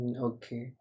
okay